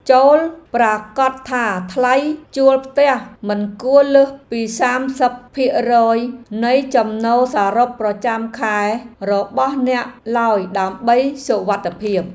ចូរប្រាកដថាថ្លៃជួលផ្ទះមិនគួរលើសពីសាមសិបភាគរយនៃចំណូលសរុបប្រចាំខែរបស់អ្នកឡើយដើម្បីសុវត្ថិភាព។